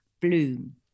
bloom